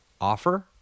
offer